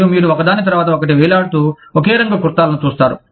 మరియు మీరు ఒకదాని తరువాత ఒకటి వేలాడుతూ ఒకే రంగు కుర్తాలను చూస్తారు